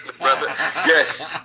yes